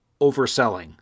overselling